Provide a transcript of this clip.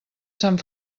sant